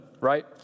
right